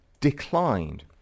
declined